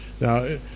Now